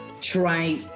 try